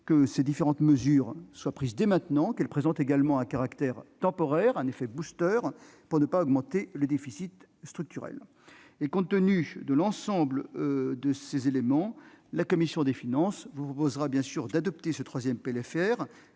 que ces différentes mesures soient prises dès maintenant. Elles présentent également un caractère temporaire, un effet booster, pour ne pas augmenter le déficit structurel. Compte tenu de l'ensemble de ces éléments, la commission des finances propose d'adopter ce troisième PLFR